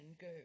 go